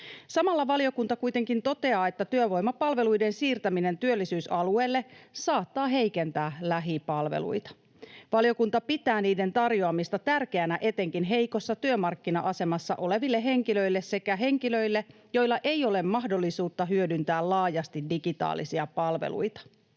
Samalla valiokunta kuitenkin toteaa, että työvoimapalveluiden siirtäminen työllisyysalueelle saattaa heikentää lähipalveluita. Valiokunta pitää niiden tarjoamista tärkeänä etenkin heikossa työmarkkina-asemassa oleville henkilöille sekä henkilöille, joilla ei ole mahdollisuutta hyödyntää laajasti digitaalisia palveluita.